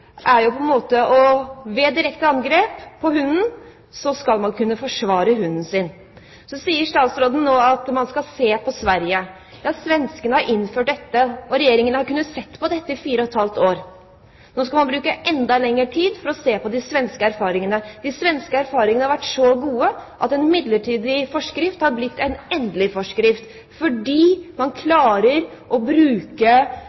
ved direkte angrep på hunden skal kunne forsvare hunden sin. Så sier statsråden nå at man skal se på Sverige. Ja, svenskene har innført dette, og Regjeringen har kunnet se på dette i fire og et halvt år. Nå skal man bruke enda lengre tid for å se på de svenske erfaringene. De svenske erfaringene har vært så gode at en midlertidig forskrift har blitt en endelig forskrift. Man